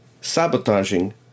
sabotaging